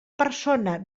persona